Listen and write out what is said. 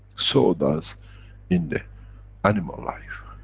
so, that's in the animal life.